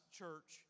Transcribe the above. church